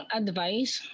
advice